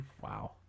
Wow